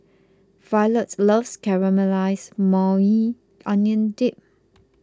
Violet loves Caramelized Maui Onion Dip